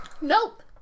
Nope